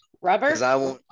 Rubber